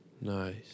Nice